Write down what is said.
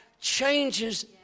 changes